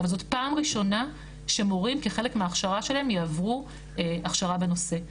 אבל זו הפעם הראשונה שמורים כחלק מההכשרה שלהם יעברו הכשרה בנושא.